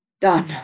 done